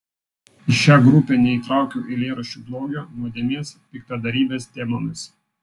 į šią grupę neįtraukiau eilėraščių blogio nuodėmės piktadarybės temomis